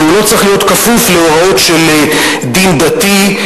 והוא לא צריך להיות כפוף להוראות של דין דתי,